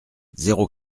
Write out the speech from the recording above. zéro